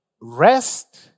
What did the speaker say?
Rest